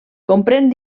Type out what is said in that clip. comprèn